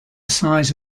size